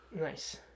Nice